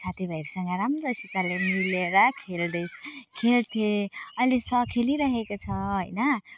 साथीभाइहरूसँग राम्रोसितले मिलेर खेल्दै खेल्थेँ अहिले स खेलिराखेको छ होइन